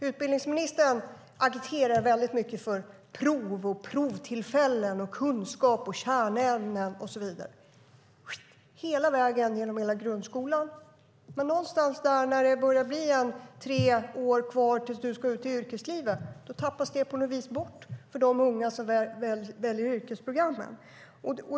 Utbildningsministern agiterar mycket för prov, provtillfällen, kunskap och kärnämnen och så vidare hela vägen genom grundskolan. Någonstans där, när det börjar vara tre år kvar tills du ska ut i yrkeslivet, tappas det bort när det gäller de unga som väljer yrkesprogrammen.